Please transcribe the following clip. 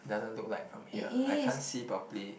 doesn't look like from here I can't see properly